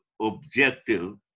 objective